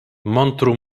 montru